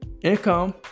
income